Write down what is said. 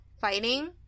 fighting